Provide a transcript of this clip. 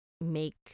make